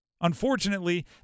Unfortunately